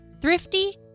thrifty